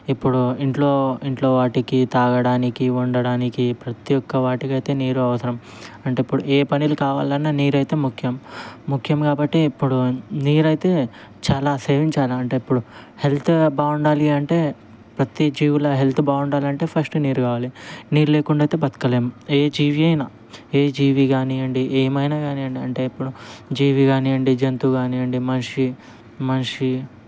ఇప్పుడు ఇంట్లో ఇంట్లో వాటికి తాగడానికి వండడానికి ప్రతి ఒక్క వాటికైతే నీరు అవసరం అంటే ఇప్పుడు ఏ పనులు కావాలన్నా నీరు అయితే ముఖ్యం ముఖ్యం కాబట్టి ఇప్పుడు నీరు అయితే చాలా సేవించాలి అంటే ఇప్పుడు హెల్త్ బాగుండాలి అంటే ప్రతి జీవుల హెల్త్ బాగుండాలి అంటే ఫస్ట్ నీరు కావాలి నీరు లేకుండా అయితే బతకలేము ఏ జీవి అయినా ఏ జీవి కానివ్వండి ఏమైనా కానివ్వండి అంటే ఇప్పుడు జీవి కానివ్వండి జంతువు కానివ్వండి మనిషి మనిషి